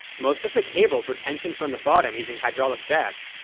most of the cables were tensioned from the bottom using hydraulic jacks,